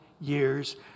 years